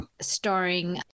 Starring